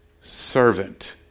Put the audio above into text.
servant